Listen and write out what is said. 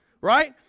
right